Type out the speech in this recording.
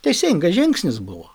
teisingas žingsnis buvo